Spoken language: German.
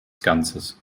ganzes